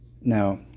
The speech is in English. Now